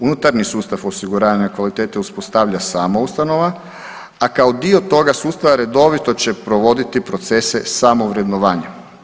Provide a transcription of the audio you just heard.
Unutarnji sustav osiguranja kvalitete uspostavlja sama ustanova, a kao dio toga sustava redovito će provoditi procese samo vrednovanje.